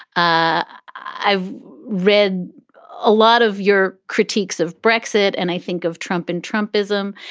i've read a lot of your critiques of brexit and i think of trump and trump ism.